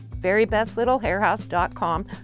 verybestlittlehairhouse.com